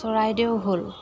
চৰাইদেউ হ'ল